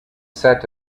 set